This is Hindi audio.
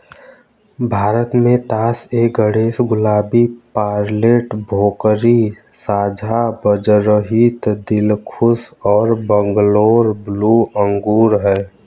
भारत में तास ए गणेश, गुलाबी, पेर्लेट, भोकरी, साझा बीजरहित, दिलखुश और बैंगलोर ब्लू अंगूर हैं